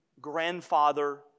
grandfather